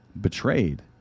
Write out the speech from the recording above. betrayed